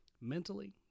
Mentally